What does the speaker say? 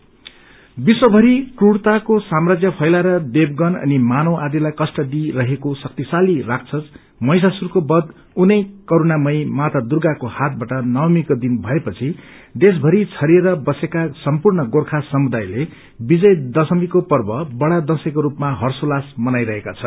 दशहरा विश्वभरि क्रुरताको साम्रजय फैलाएर देवगण अनि मानव आदिलाई कष्ट दिई रहेका शक्तिशाली राक्षस महिषासुरको वध उनै करूणामयी माता दूर्गाको हातवाट नवमीको दिन भएपछि देशभरि छरिएर बसेका सम्पूण गोर्खा समुदायले विजय दश्रमीको पर्व बड़ा दशैंको रूपमा हर्योल्लास सित मनाईरहेका छन्